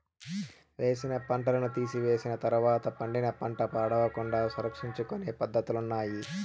వేసిన పంటను తీసివేసిన తర్వాత పండిన పంట పాడవకుండా సంరక్షించుకొనే పద్ధతులున్నాయి